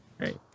Right